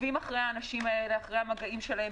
עוקבים אחרי האנשים האלה, המגעים שלהם.